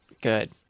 good